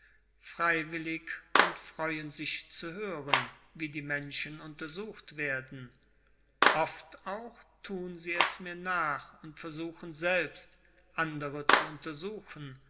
freiwillig und freuen sich zu hören wie die menschen untersucht werden oft auch tun sie es mir nach und versuchen selbst andere zu untersuchen